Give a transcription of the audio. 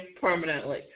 permanently